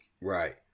right